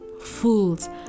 Fools